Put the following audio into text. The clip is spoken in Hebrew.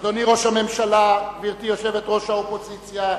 אדוני ראש הממשלה, גברתי יושבת-ראש האופוזיציה,